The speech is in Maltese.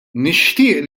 nixtieq